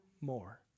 more